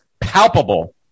palpable